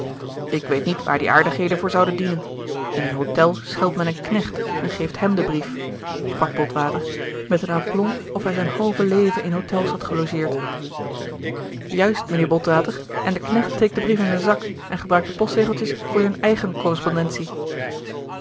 ik weet niet waar die aardigheden voor zouden dienen in een hotel schelt men een knecht en geeft hem den brief sprak botwater met een aplomb of hij zijn halve leven in hotels had gelogeerd juist mijnheer botwater en de knecht steekt den brief in zijn zak en gebruikt de postzegeltjes voor zijn eigen correspondentie